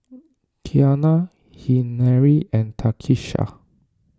Kiana Henery and Takisha